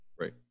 Right